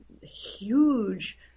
huge